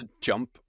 jump